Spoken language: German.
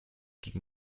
gegen